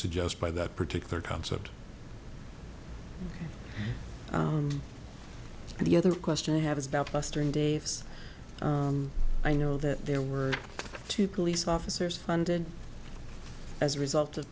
suggest by that particular concept and the other question you have is about western daves i know that there were two police officers funded as a result of